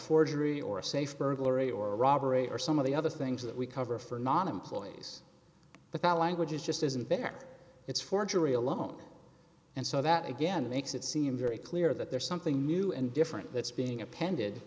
forgery or a safe burglary or robbery or some of the other things that we cover for non employees but that language is just isn't there it's forgery alone and so that again makes it seem very clear that there's something new and different that's being appended